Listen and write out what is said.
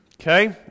okay